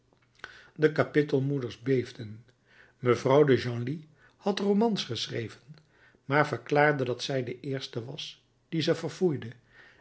de kapittelmoeders beefden mevrouw de genlis had romans geschreven maar verklaarde dat zij de eerste was die ze verfoeide